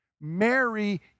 Mary